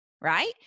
right